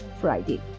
Friday